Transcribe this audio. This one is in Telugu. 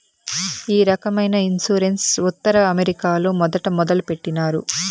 ఈ రకమైన ఇన్సూరెన్స్ ఉత్తర అమెరికాలో మొదట మొదలుపెట్టినారు